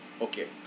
Okay